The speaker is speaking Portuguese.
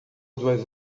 duas